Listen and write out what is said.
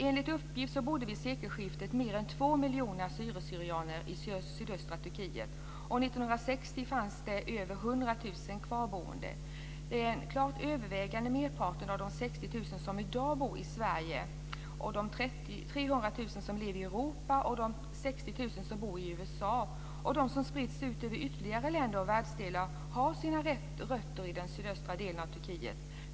Enligt uppgift bodde vid sekelskiftet mer än 2 miljoner assyrier/syrianer i sydöstra Turkiet. År 1960 fanns det över 100 000 kvarboende. Den klart övervägande merparten av de 60 000 som i dag bor i Sverige, de USA och de som spritts över ytterligare länder och världsdelar har sina rötter i den sydöstra delen av Turkiet.